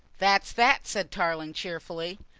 that's that, said tarling cheerfully.